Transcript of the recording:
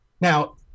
now